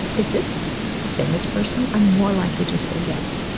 is this a famous person? i'm more likely to say yes.